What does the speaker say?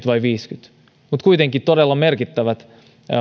vai neljäkymmentä prosenttia kuitenkin todella merkittävät